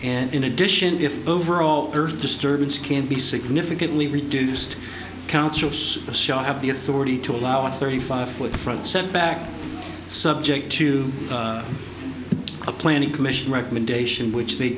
and in addition if overall earth disturbance can be significantly reduced shall have the authority to allow a thirty five foot front set back subject to a planning commission recommendation which they